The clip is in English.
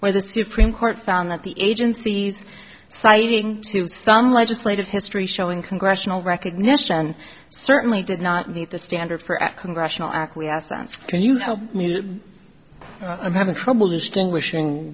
court found that the agency's site some legislative history showing congressional recognition certainly did not meet the standard for at congressional acquiescence can you help me i'm having trouble distinguishing